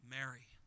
Mary